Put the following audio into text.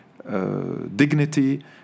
Dignity